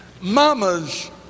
mamas